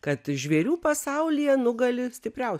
kad žvėrių pasaulyje nugali stipriaus